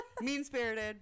mean-spirited